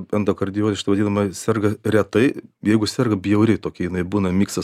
endokardioze šita vadinama serga retai jeigu serga bjauri tokia jinai būna miksas